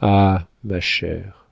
ah ma chère